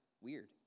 weird